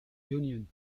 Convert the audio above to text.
union